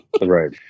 Right